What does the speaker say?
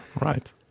Right